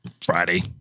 Friday